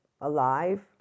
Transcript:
alive